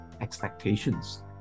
expectations